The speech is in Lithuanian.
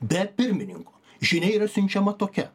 be pirmininko žinia yra siunčiama tokia